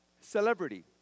celebrity